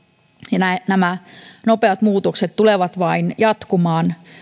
nämä nämä nopeat muutokset tulevat vain jatkumaan